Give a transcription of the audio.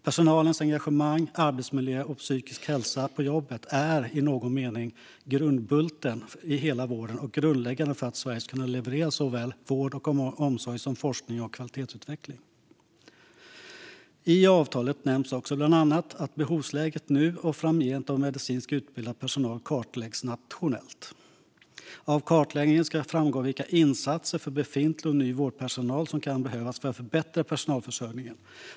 Personalens engagemang, arbetsmiljö och psykiska hälsa på jobbet är i någon mening grundbulten i hela vården och grundläggande för att Sverige ska kunna leverera såväl vård och omsorg som forskning och kvalitetsutveckling. I avtalet nämns också bland annat att behovsläget nu och framgent av medicinskt utbildad personal kartläggs nationellt. Av kartläggningen ska framgå vilka insatser för befintlig och ny vårdpersonal som kan behövas för att förbättra personalförsörjningen.